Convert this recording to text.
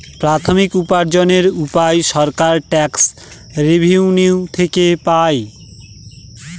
প্রাথমিক উপার্জনের উপায় সরকার ট্যাক্স রেভেনিউ থেকে পাই